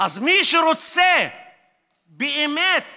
אז מי שרוצה באמת